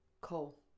Coal